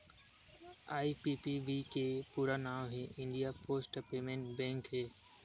IPPB के पूरा नांव हे इंडिया पोस्ट पेमेंट बेंक हे